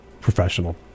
professional